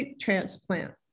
transplant